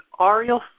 Ariel